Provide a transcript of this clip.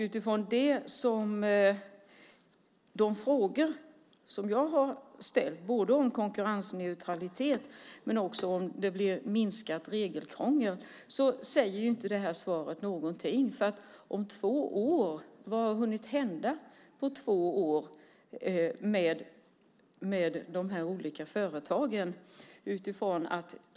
Utifrån de frågor som jag har ställt både om konkurrensneutralitet och om ifall vi kan vänta oss minskat regelkrångel säger inte svaret någonting. Vad har hunnit hända på två år med de olika företagen?